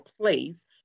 place